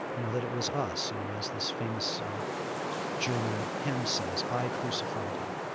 you know, that it was us, you know, as this famous german hymn says, i crucified him.